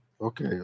Okay